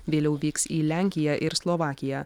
vėliau vyks į lenkiją ir slovakiją